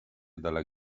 dalla